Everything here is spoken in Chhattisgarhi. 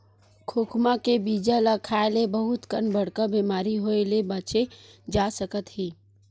खोखमा के बीजा ल खाए ले बहुत कन बड़का बेमारी होए ले बाचे जा सकत हे